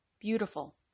beautiful